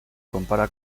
compara